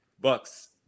Bucks